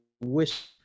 wish